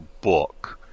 book